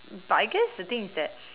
but I guess the thing is that